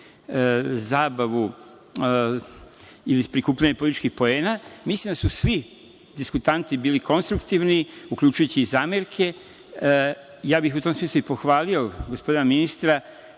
zabavu, prikupljanje političkih poena. Mislim da su svi diskutanti bili konstruktivni, uključujući i zamerke. Ja bih u tom smislu i pohvalio gospodina ministra